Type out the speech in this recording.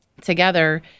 together